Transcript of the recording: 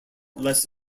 less